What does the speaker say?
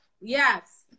Yes